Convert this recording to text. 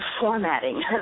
formatting